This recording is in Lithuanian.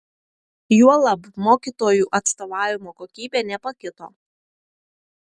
juolab mokytojų atstovavimo kokybė nepakito